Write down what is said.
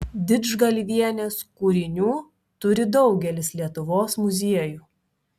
didžgalvienės kūrinių turi daugelis lietuvos muziejų